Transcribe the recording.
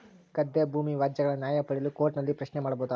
ಗದ್ದೆ ಭೂಮಿ ವ್ಯಾಜ್ಯಗಳ ನ್ಯಾಯ ಪಡೆಯಲು ಕೋರ್ಟ್ ನಲ್ಲಿ ಪ್ರಶ್ನೆ ಮಾಡಬಹುದಾ?